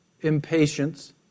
impatience